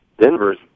Denver's